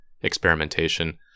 experimentation